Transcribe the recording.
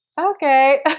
okay